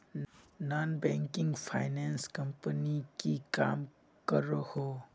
Non banking finance company की काम करोहो?